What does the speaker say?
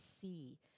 see